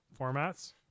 formats